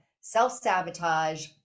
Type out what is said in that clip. self-sabotage